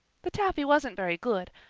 the taffy wasn't very good,